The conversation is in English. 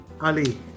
Ali